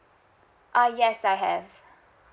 ah yes I have